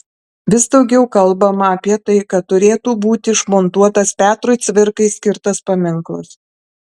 vis daugiau kalbama apie tai kad turėtų būti išmontuotas petrui cvirkai skirtas paminklas